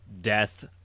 death